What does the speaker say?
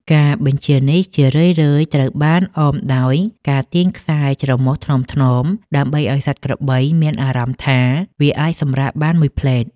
ការបញ្ជានេះជារឿយៗត្រូវបានអមដោយការទាញខ្សែច្រមុះថ្នមៗ ដើម្បីឱ្យសត្វក្របីមានអារម្មណ៍ថាវាអាចសម្រាកបានមួយភ្លេត។